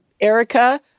Erica